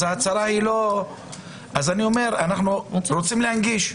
אז אנחנו רוצים להנגיש.